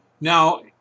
Now